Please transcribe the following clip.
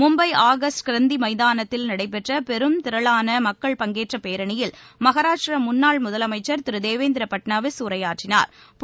Mumbai August Kranti மைதானத்தில் நடைபெற்ற பெரும் திரளான மக்கள் பங்கேற்ற பேரணியில் மகாராஷ்டிர முன்னாள் முதலமைச்சா் திரு தேவேந்திர பட்னவிஸ் உரையாற்றினாா்